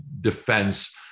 defense